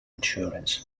insurance